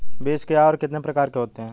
बीज क्या है और कितने प्रकार के होते हैं?